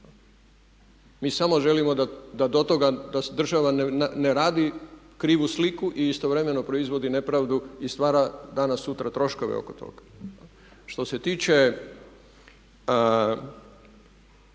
da to toga, da država ne radi krivu sliku i istovremeno proizvodi nepravdu i stvara danas sutra troškove oko toga. Što se tiče